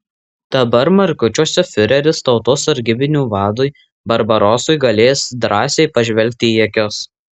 dabar markučiuose fiureris tautos sargybinių vadui barbarosai galės drąsiai pažvelgti į akis